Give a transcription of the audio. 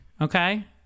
Okay